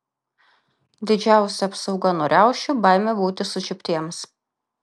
didžiausia apsauga nuo riaušių baimė būti sučiuptiems